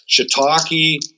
shiitake